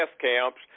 camps